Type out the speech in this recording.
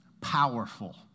Powerful